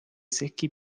secchi